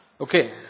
Okay